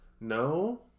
No